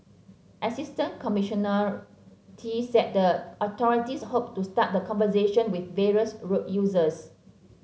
Assistant Commissioner Tee said the authorities hoped to start the conversation with various road users